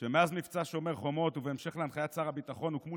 שמאז מבצע שומר החומות ובהמשך להנחיית שר הביטחון הוקמו